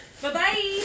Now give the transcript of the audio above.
Bye-bye